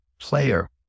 player